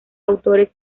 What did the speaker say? autores